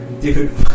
Dude